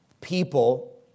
people